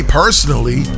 personally